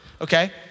okay